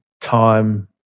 time